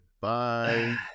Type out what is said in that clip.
bye